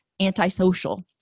antisocial